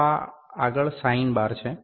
તો આગળ સાઇન બાર છે